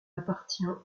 appartient